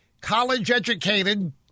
college-educated